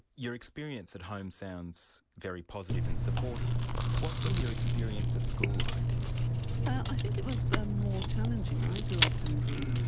your experience at home sounds very positive and supportive what was your experience at school like? well i think it was ah more challenging. i grew up in the